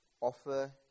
Offer